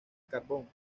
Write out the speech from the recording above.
carbón